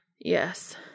Yes